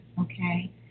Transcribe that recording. okay